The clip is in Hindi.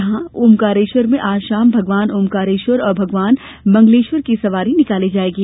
यहां ओंकारेश्वर में आज शाम भगवान ओंकारेश्वर और भगवान मंगलेश्वर की सवारी निकाली जाएगी